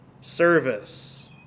service